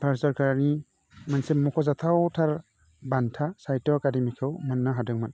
भारत सरकारनि मोनसे मख'जाथावथार बान्था साहित्य एकाडेमिखौ मोननो हादोंमोन